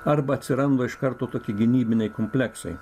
arba atsiranda iš karto tokie gynybiniai kompleksai